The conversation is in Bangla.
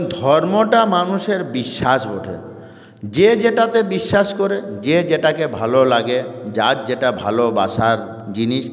ধর্মটা মানুষের বিশ্বাস বটে যে যেটাতে বিশ্বাস করে যে যেটাকে ভালো লাগে যার যেটা ভালোবাসার জিনিস